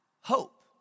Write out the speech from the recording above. hope